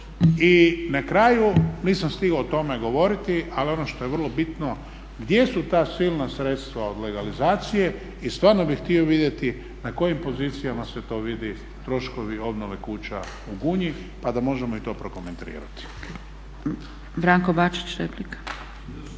I na kraju nisam stigao o tome govoriti, ali ono što je vrlo bitno gdje su ta silna sredstva od legalizacije i stvarno bih htio vidjeti na kojim pozicijama se to vidi troškovi obnove kuća u Gunji pa da možemo i to prokomentirati.